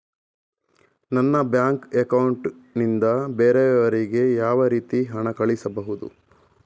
ನನ್ನ bank account ನಿಂದ ಬೇರೆಯವರಿಗೆ ಯಾವ ರೀತಿ ಹಣ ಕಳಿಸಬಹುದು?